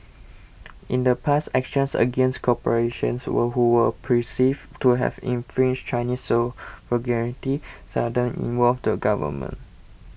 in the past actions against corporations who were perceived to have infringed Chinese seldom involved the government